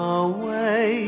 away